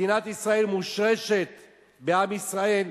מדינת ישראל מושרשת בעם ישראל,